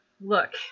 Look